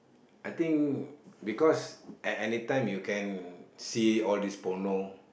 I think because at anytime you can see all these porno